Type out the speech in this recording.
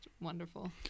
wonderful